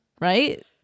right